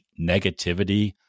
negativity